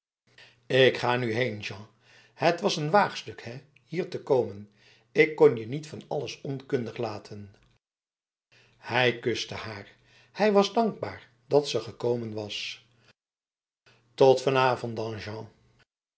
ik ga nu heen jean het was een waagstuk hè hier te komen ik kon je niet van alles onkundig laten hij kuste haar hij was dankbaar dat ze gekomen was tot vanavond dan jean